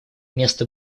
место